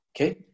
okay